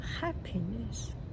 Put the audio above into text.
happiness